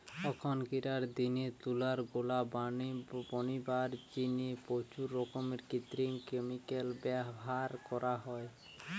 অখনকিরার দিনে তুলার গোলা বনিবার জিনে প্রচুর রকমের কৃত্রিম ক্যামিকাল ব্যভার করা হয়